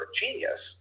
genius